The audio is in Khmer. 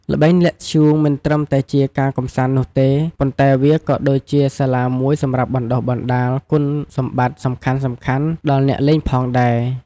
ល្បែងលាក់ធ្យូង មិនត្រឹមតែជាការកម្សាន្តនោះទេ ប៉ុន្តែវាក៏ដូចជាសាលាមួយសម្រាប់បណ្ដុះបណ្ដាលគុណសម្បត្តិសំខាន់ៗដល់អ្នកលេងផងដែរ។